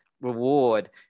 reward